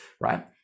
right